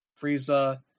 Frieza